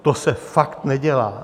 To se fakt nedělá!